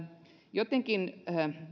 jotenkin